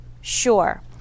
sure